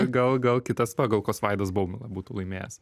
gal gal kitas pagalkos vaidas baumila būtų laimėjęs